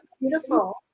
Beautiful